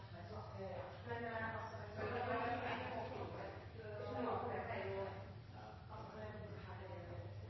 statsråd er